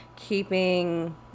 keeping